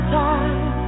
time